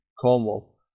Cornwall